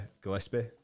Gillespie